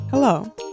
Hello